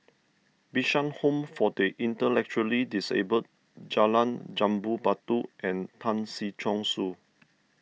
Bishan Home for the Intellectually Disabled Jalan Jambu Batu and Tan Si Chong Su